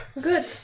good